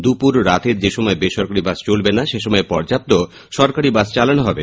দুপুর ও রাতের যে সময় বেসরকারী বাস চলবে না সে সময়ে পর্যাপ্ত সরকারী বাস চালানো হবে